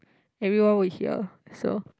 everyone would hear so